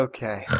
Okay